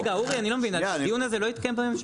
אורי אני לא מבין, הדיון הזה לא התקיים בממשלה?